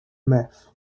myth